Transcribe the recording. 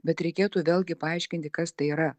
bet reikėtų vėlgi paaiškinti kas tai yra